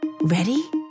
Ready